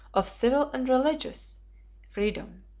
of civil and religious freedom.